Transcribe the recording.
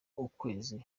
ukwezi